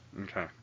Okay